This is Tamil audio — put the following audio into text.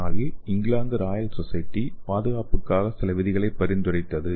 2004 இல் இங்கிலாந்து ராயல் சொசைட்டி பாதுகாப்புக்காக சில விதிகளை பரிந்துரைத்தது